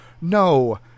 No